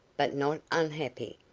but not unhappy.